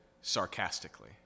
sarcastically